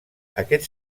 aquest